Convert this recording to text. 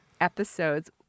episodes